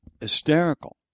hysterical